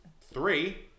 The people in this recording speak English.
Three